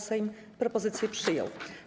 Sejm propozycję przyjął.